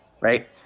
Right